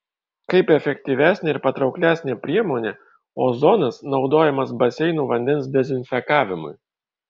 kaip efektyvesnė ir patrauklesnė priemonė ozonas naudojamas baseinų vandens dezinfekavimui